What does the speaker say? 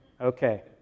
Okay